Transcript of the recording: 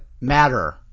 matter